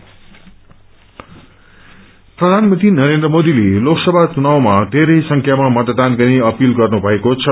PM appeal प्रधानमन्त्री नरेन्द्र मोदीले लोकसभा चुनावमा धेरै संख्यामा मतदान गत्ने अपील गर्नु भएको छ